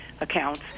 accounts